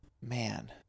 man